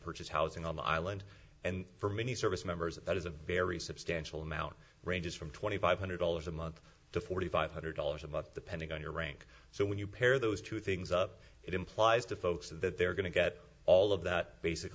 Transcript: purchase housing on the island and for many service members that is a very substantial amount ranges from twenty five hundred dollars a month to forty five hundred dollars about the pentagon your rank so when you pair those two things up it implies to folks that they're going to get all of that basic